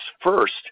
first